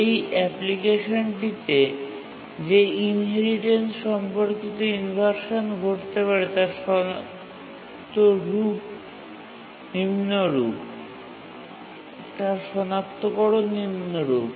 এই অ্যাপ্লিকেশনটিতে যে ইনহেরিটেন্স সম্পর্কিত ইনভারসান ঘটতে পারে তার সনাক্তকরণ নিম্নরূপ